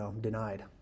denied